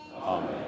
Amen